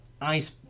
Ice